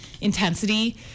intensity